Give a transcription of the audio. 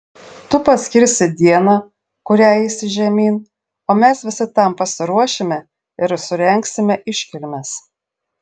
tu paskirsi dieną kurią eisi žemyn o mes visi tam pasiruošime ir surengsime iškilmes